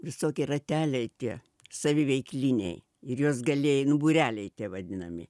visokie rateliai tie saviveikliniai ir juos galėjai nu būreliai tie vadinami